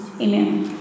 amen